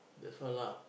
that's all lah